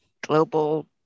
global